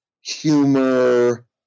humor